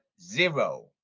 zero